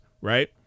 right